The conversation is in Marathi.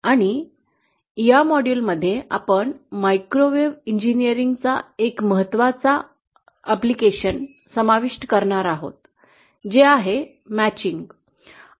आणि या घटका मध्ये आपण मायक्रोवेव्ह इंजिनीअरिंगचा एक महत्त्वाचा अनु प्रयोग समाविष्ट करणार आहोत जे आहे जुळणी